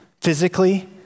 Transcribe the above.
physically